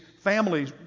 families